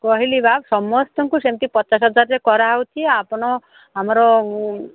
କହିଲି ବା ସମସ୍ତଙ୍କୁ ସେମିତି ପଚାଶ ହଜାରରେ କରାହେଉଛି ଆଉ ଆପଣ ଆମର